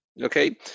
Okay